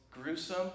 gruesome